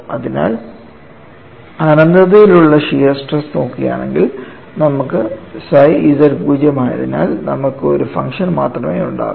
അതിനാൽ അനന്തതയിൽ ഉള്ള ഷിയർ സ്ട്രെസ് നോക്കുകയാണെങ്കിൽ നമുക്ക് psi z പൂജ്യം ആയതിനാൽ നമുക്ക് ഒരു ഫംഗ്ഷൻ മാത്രമേ ഉണ്ടാകൂ